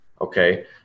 okay